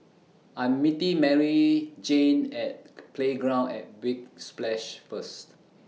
I'm meeting Maryjane At Playground At Big Splash First